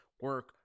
Work